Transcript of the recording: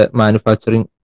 manufacturing